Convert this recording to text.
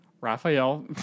Raphael